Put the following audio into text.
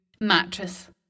mattress